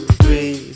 three